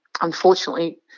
unfortunately